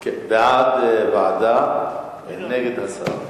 בעד, ועדה, נגד, הסרה.